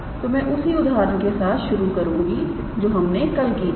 तो मैं उसी उदाहरण के साथ शुरू करुंगा जो हमने कल की थी